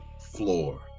floor